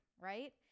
right